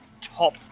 top